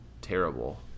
terrible